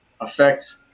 affect